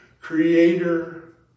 creator